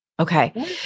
Okay